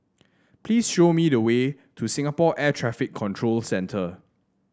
please show me the way to Singapore Air Traffic Control Centre